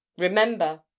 Remember